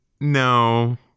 no